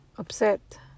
upset